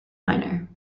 minor